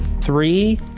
Three